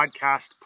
podcast